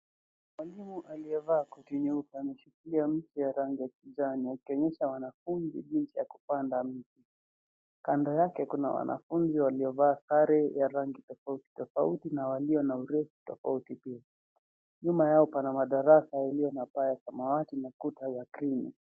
Mwalimu aliyevaa koti nyeupe anashikilia miche ya rangi ya kijani, akionyesha wanafunzi jinsi ya kupanda mti. Kando yake kuna wanafunzi waliovaa sare ya rangi tofauti tofauti, na walio na urefu tofauti pia. Nyuma yao pana madarasa yaliyo na paa ya samawati na kuta ya krimi.